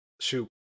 Shoot